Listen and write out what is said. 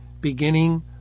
beginning